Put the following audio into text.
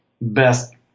best